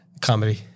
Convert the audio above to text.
Comedy